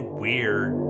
weird